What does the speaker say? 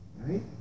right